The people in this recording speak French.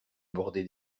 bordés